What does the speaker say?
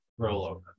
rollover